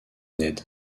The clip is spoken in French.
ned